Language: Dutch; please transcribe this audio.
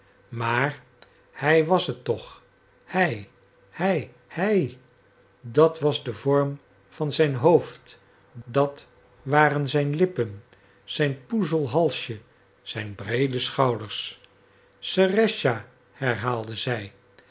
maar hij was het toch hij hij hij dat was de vorm van zijn hoofd dat waren zijn lippen zijn poezel halsje zijn breede schouders serëscha herhaalde zij